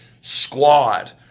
Squad